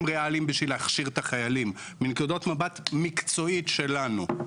ריאליים בשביל להכשיר את החיילים מנקודת מבט מקצועית שלנו.